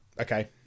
Okay